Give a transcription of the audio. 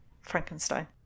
Frankenstein